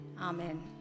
Amen